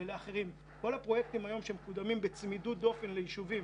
ולאחרים היום שמקודמים בצמידות דופן ביישובים